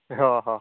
ହଁ ହଁ